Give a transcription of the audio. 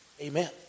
Amen